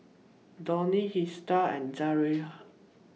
Donny Hester and Zaire